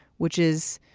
which is,